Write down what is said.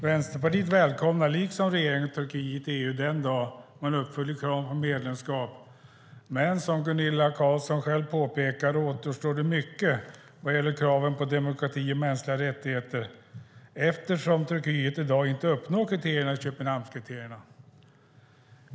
Vänsterpartiet välkomnar liksom regeringen Turkiet i EU den dag man uppfyller kraven för medlemskap, men som Gunilla Carlsson själv påpekar återstår det mycket vad gäller kraven på demokrati och mänskliga rättigheter eftersom Turkiet i dag inte uppfyller kraven i Köpenhamnskriterierna.